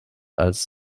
als